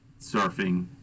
surfing